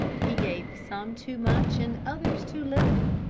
he gave some too much and others too little.